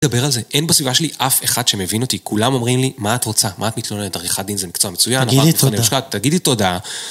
אין בסביבה שלי אף אחד שמבין אותי, כולם אומרים לי מה את רוצה, מה את מתלוננת, עריכת דין זה מקצוע מצויין תגידי תודה תגידי תודה